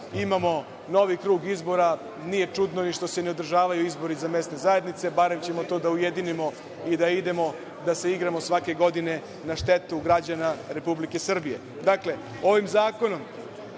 imamo novi krug izbora, nije čudno što se ne održavaju izbori za mesne zajednice, pa ćemo barem to da ujedinimo i da idemo da se igramo svake godine na štetu građana Republike Srbije. Dakle, ovim zakonom